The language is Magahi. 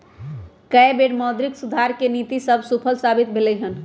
कय बेर मौद्रिक सुधार के नीति सभ सूफल साबित भेलइ हन